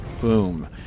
Boom